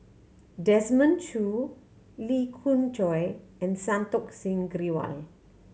Desmond Choo Lee Khoon Choy and Santokh Singh Grewal